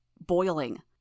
boiling